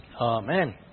Amen